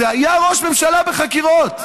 היה ראש ממשלה בחקירות.